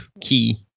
key